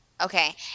Okay